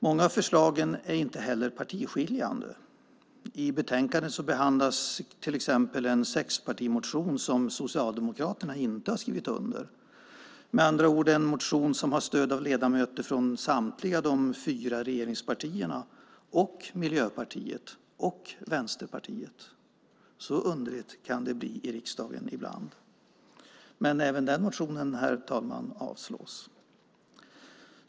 Många av förslagen är inte heller partiskiljande. I betänkandet behandlas till exempel en sexpartimotion som Socialdemokraterna inte har skrivit under, med andra ord en motion som har stöd av ledamöter från samtliga de fyra regeringspartierna och Miljöpartiet och Vänsterpartiet. Så underligt kan det bli i riksdagen ibland. Men även den motionen avstyrks.